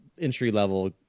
entry-level